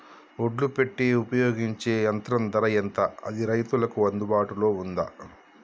ఒడ్లు పెట్టే ఉపయోగించే యంత్రం ధర ఎంత అది రైతులకు అందుబాటులో ఉందా?